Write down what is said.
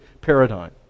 paradigm